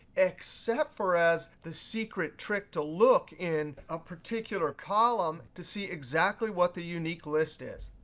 except for as the secret trick to look in a particular column to see exactly what the unique list is.